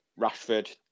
Rashford